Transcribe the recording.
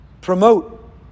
promote